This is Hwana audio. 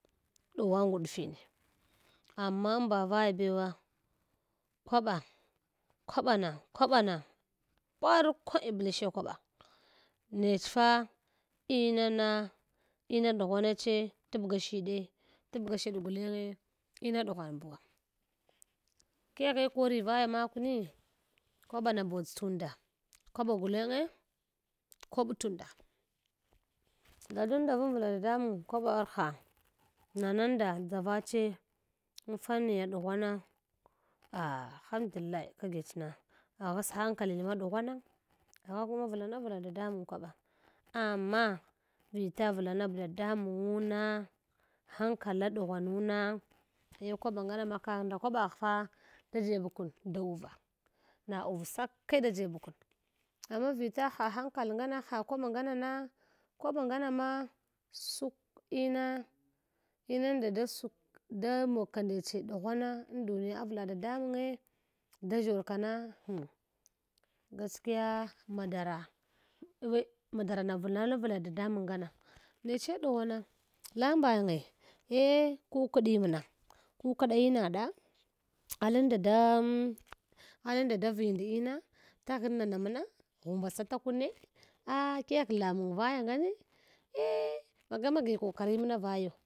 Gwa nguɗfine amma amba vaya bwa kwaɓa kwaɓana kwaɓana parko iblishe kwaɓa nech fa inana ina ɗiyhwana che tabga shiɗa tabga shiɗ gulnge ina ɗughwang buwa keghe kora voya makune? Kabana bodʒ tunda kwaba gulenge koɓ tunda dadunda vavla dadamang kwabarka namanda dʒavache ufaniye dughwana ah hamdlai kagets na aghas hankalin ma dighwana agha kuma vlanvla dadamang kwaɓa amma vlanab dadamangguna hankala ɗighwanuna eh kwaɓa nganama kagh nda kwabagh fa da jeb kun dauva na uv sake da jeb kun amma vita ha hankalngana ha kwaba nganana kwaba ngana ma sakwina inanda sak da mogka ndeche ɗughwana unduniya avla dadamange da ʒshor kana ham gaskiya ma dara mdara na vlana vla dadamang ngama nech ɗughwana la mbayinge eh kukdimna kukudai inaɗa alamda da alunda da vinda vind ina taghan nana mna ghumbasata kune ah kegh lamang vayagani eh maga magi kwakware mna vayo.